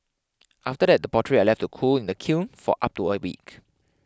after that the pottery are left to cool in the kiln for up to a week